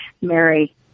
Mary